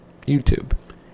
YouTube